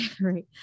right